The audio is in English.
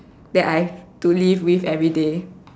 that I to live with everyday